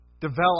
develop